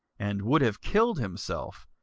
and would have killed himself,